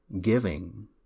Giving